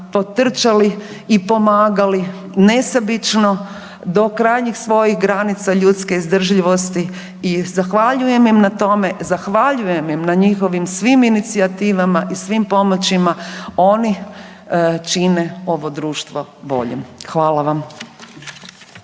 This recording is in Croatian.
potrčali i pomagali nesebično do krajnjih svojih granica ljudske izdržljivosti i zahvaljujem im na tome, zahvaljujem im na njihovim svim inicijativama i svim pomoćima. Oni čine ovo društvo boljim. Hvala vam.